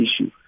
issue